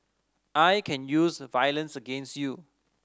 I can use violence against you